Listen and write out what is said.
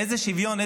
איזה שוויון?